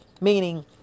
meaning